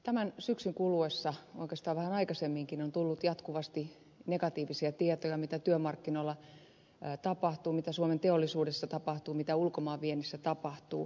tämän syksyn kuluessa oikeastaan vähän aikaisemminkin on tullut jatkuvasti negatiivisia tietoja siitä mitä työmarkkinoilla tapahtuu mitä suomen teollisuudessa tapahtuu mitä ulkomaanviennissä tapahtuu